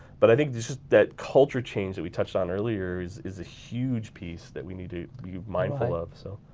but i think just just that culture change that we touched on earlier is is a huge piece that we need to be mindful of. so